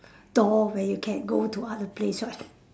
door where you can go to other place one